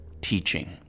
teaching